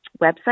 website